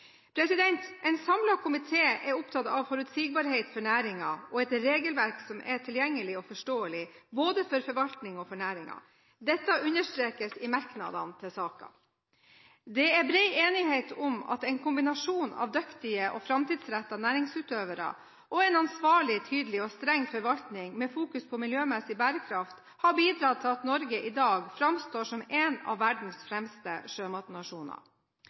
En samlet komité er opptatt av forutsigbarhet for næringen og et regelverk som er tilgjengelig og forståelig for både forvaltningen og næringen. Dette understrekes i merknadene til saken. Det er bred enighet om at en kombinasjon av dyktige og framtidsrettede næringsutøvere og en ansvarlig, tydelig og streng forvaltning med fokus på miljømessig bærekraft har bidratt til at Norge i dag framstår som en av verdens fremste sjømatnasjoner.